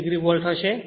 2 degree volt હશે